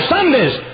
Sundays